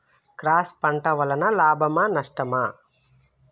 Cross పంట వలన లాభమా నష్టమా?